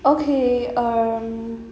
okay um